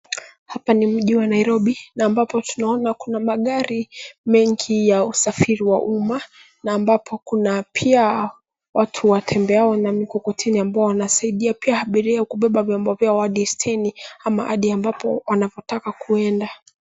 Hapa ni mji wa nairobi na ambapo tunaona mengi ya usafiri wa umma na ambapo kuna pia watu watembeao na mkokoteni ambao wanasaidia pia abiria kubeba vyombo vyao hadi steni ama hadi amabapo wanapotaka kuenda.